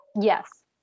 Yes